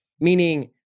meaning